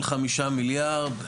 של חמישה מיליארד,